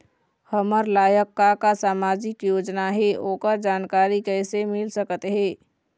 हमर लायक का का सामाजिक योजना हे, ओकर जानकारी कइसे मील सकत हे?